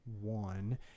one